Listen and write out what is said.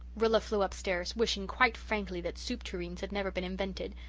rilla flew upstairs, wishing quite frankly that soup tureens had never been invented.